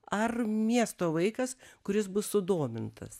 ar miesto vaikas kuris bus sudomintas